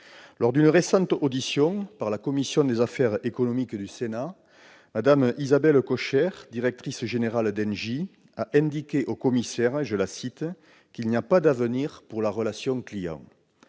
Lors d'une récente audition par la commission des affaires économiques du Sénat, Mme Isabelle Kocher, directrice générale d'Engie, a indiqué aux commissaires qu'« il n'y a pas d'avenir pour la relation clients ».